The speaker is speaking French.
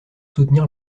soutenir